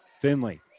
Finley